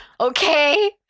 okay